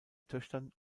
töchtern